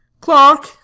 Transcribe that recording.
Clark